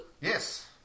Yes